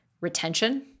Retention